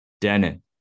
Denon